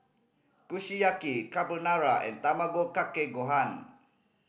Kushiyaki Carbonara and Tamago Kake Gohan